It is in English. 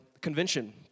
convention